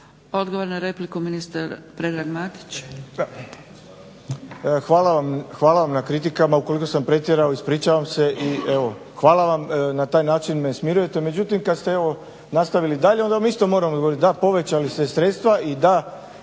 Odgovor na repliku ministar Predrag Matić. **Matić, Predrag Fred** Hvala vam na kritikama. Ukoliko sam pretjerao ispričavam se i evo hvala vam na taj način me smirujete. Međutim kada ste evo nastavili dalje onda vam isto moram odgovoriti. Da, povećali ste sredstva i da